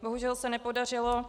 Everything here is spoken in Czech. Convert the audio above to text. Bohužel se nepodařilo.